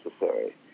necessary